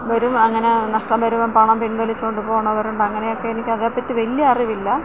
വരും അങ്ങനെ നഷ്ടം വരുമ്പോള് പണം പിൻവലിച്ചുകൊണ്ടു പോകുന്നവരുണ്ട് അങ്ങനെയൊക്കെ എനിക്കതേപ്പറ്റി വലിയ അറിവില്ല